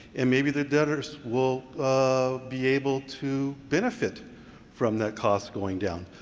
and maybe the debtors will ah be able to benefit from that cost going down.